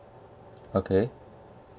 okay